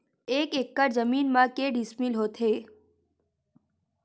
एक एकड़ जमीन मा के डिसमिल होथे?